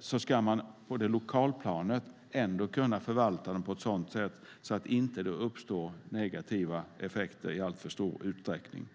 ska man på lokalplanet kunna förvalta dem på ett sådant sätt att det inte uppstår negativa effekter i alltför stor utsträckning.